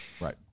Right